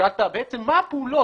שאלת מה הפעולות,